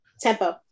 Tempo